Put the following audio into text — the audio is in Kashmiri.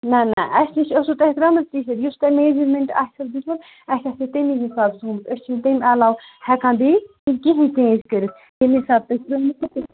نہ نہ اَسہِ نِش ٲسوٕ تۄہہِ ترٛامٕژ ٹی شٲرٹ یُس تۄہہِ میجَرمٮ۪نٛٹ آسوٕ دیُتمُت اَسہِ آسوٕ تمے حِساب سومُت أسۍ چھِنہٕ تَمہِ علاوٕ ہٮ۪کان بیٚیہِ کِہیٖنۍ چینٛج کٔرِتھ ییٚمہِ حِسابہٕ تۄہہِ ترٛٲمٕژ